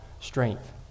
strength